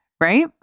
right